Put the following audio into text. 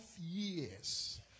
years